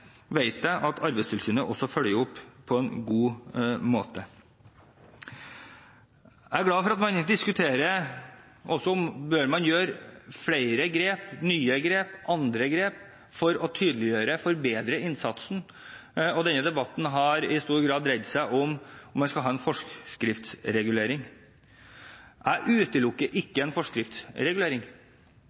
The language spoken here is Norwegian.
jeg at Arbeidstilsynet også følger opp på en god måte. Jeg er glad for at man også diskuterer om man bør gjøre flere grep, nye grep, andre grep for å tydeliggjøre og forbedre innsatsen, og denne debatten har i stor grad dreid seg om hvorvidt man skal ha en forskriftsregulering. Jeg utelukker ikke en forskriftsregulering,